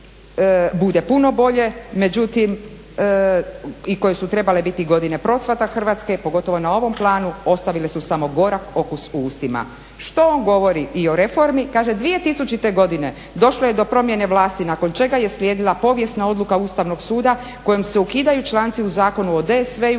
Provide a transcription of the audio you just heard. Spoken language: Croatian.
bude puno bolje, međutim i koje su trebale biti godine procvata Hrvatske pogotovo na ovom planu ostavile su samo gorak okus u ustima. Što on govori i o reformi? Kaže 2000. godine došlo je do promjene vlasti nakon čega je slijedila povijesna odluka Ustavnog suda kojim se ukidaju članci u zakonu o DSV-u